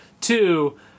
Two